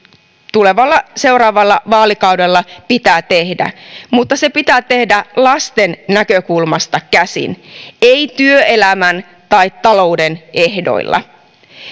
seuraavalla vaalikaudella pitää tehdä mutta se pitää tehdä lasten näkökulmasta käsin ei työelämän tai talouden ehdoilla